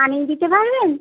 আনিয়ে দিতে পারবেন